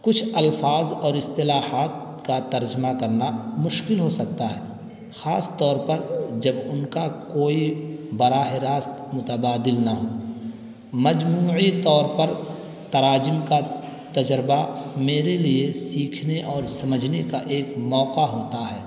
کچھ الفاظ اور اصطلاحات کا ترجمہ کرنا مشکل ہو سکتا ہے خاص طور پر جب ان کا کوئی براہ راست متبادل نہ ہوں مجموعی طور پر تراجم کا تجربہ میرے لیے سیکھنے اور سمجھنے کا ایک موقع ہوتا ہے